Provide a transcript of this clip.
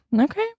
Okay